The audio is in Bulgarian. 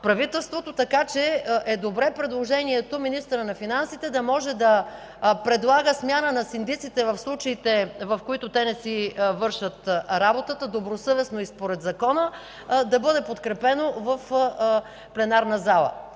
правителството, така че е добре предложението министърът на финансите да може да предлага смяна на синдиците в случаите, в които те не си вършат работата добросъвестно и според закона, да бъде подкрепено в пленарната зала.